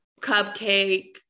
Cupcake